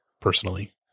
personally